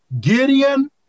Gideon